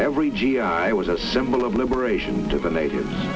every g i was a symbol of liberation to the natives